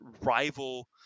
rival